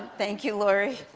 thank you, lori.